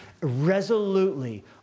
resolutely